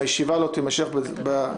אם הישיבה לא תמשך ברציפות,